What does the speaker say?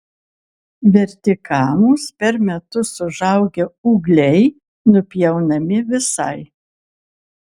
vertikalūs per metus užaugę ūgliai nupjaunami visai